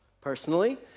personally